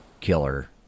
killer